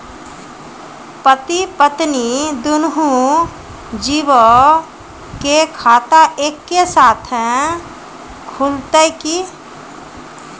पति पत्नी दुनहु जीबो के खाता एक्के साथै खुलते की?